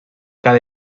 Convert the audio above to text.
cada